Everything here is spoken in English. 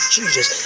Jesus